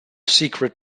secret